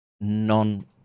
non